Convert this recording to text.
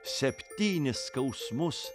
septynis skausmus